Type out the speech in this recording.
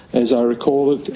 as i recall it,